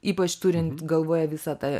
ypač turint galvoje visą tą